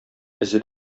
эзе